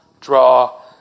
draw